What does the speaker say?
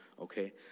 Okay